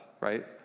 right